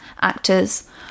actors